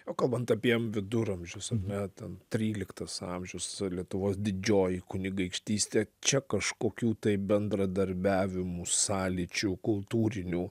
o kalbant apie viduramžius ar ne ten tryliktas amžius lietuvos didžioji kunigaikštystė čia kažkokių tai bendradarbiavimų sąlyčių kultūrinių